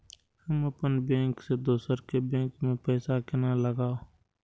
हम अपन बैंक से दोसर के बैंक में पैसा केना लगाव?